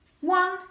One